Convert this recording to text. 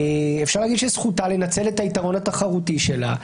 אפשר להגיד שזכותה לנצל את היתרון התחרותי שלה.